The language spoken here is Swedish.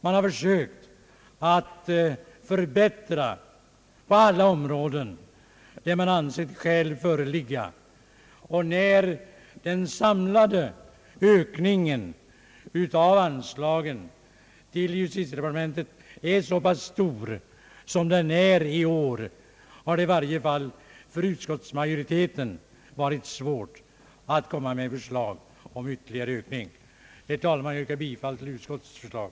Man har försökt att förbättra på alla områden där man anser skäl därtill föreligga. När den samlade ökningen av anslagen till justitiedepartementet är så pass stor, som den är i år, har det i varje fall för utskottsmajoriteten varit svårt att framlägga förslag om ytterligare ökning. Herr talman! Jag yrkar bifall till utskottets förslag.